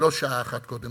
ולא שעה אחת קודם.